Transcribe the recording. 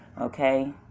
okay